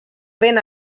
ben